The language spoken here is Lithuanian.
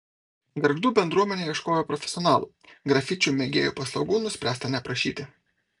gargždų bendruomenė ieškojo profesionalų grafičių mėgėjų paslaugų nuspręsta neprašyti